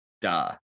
Duh